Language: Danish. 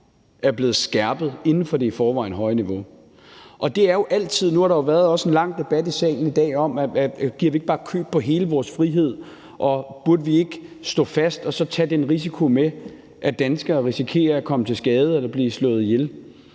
er blevet skærpet inden for det i forvejen høje niveau. Nu har der jo også været en lang debat i salen i dag om, hvorvidt vi ikke bare giver køb på hele vores frihed, og hvorvidt vi burde stå fast og så tage den risiko, at danskere risikerer at komme til skade eller blive slået ihjel.